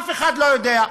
אף אחד לא יודע,